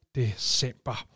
december